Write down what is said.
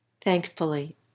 Thankfully